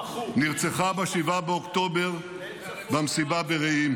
נרצחה ב-7 באוקטובר במסיבה ברעים.